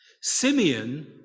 Simeon